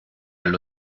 allo